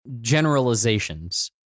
generalizations